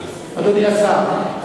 אדוני השר.